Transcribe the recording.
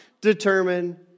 determine